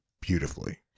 beautifully